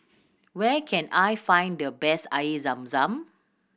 where can I find the best Air Zam Zam